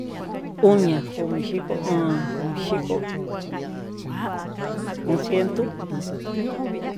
Oñia, komixhiko o'on, komixhiko o'on ciento.